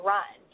Run